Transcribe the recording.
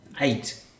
eight